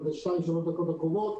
אחר.